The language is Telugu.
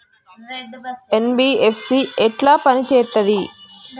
ఎన్.బి.ఎఫ్.సి ఎట్ల పని చేత్తది?